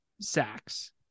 sacks